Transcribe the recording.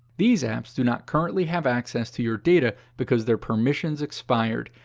these apps do not currently have access to your data because their permissions expired.